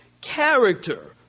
Character